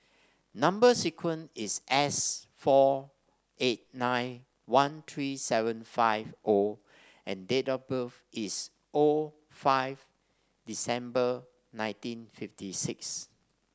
number sequence is S four eight nine one three seven five O and date of birth is O five December nineteen fifty six